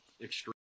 extreme